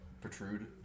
protrude